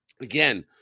Again